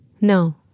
No